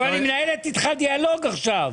אבל היא מנהלת איתך דיאלוג עכשיו.